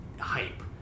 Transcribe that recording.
hype